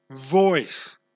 voice